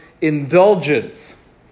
indulgence